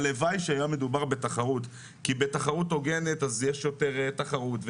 הלוואי שהיה מדובר בתחרות כי בתחרות הוגנת יש יותר תחרות,